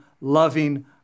loving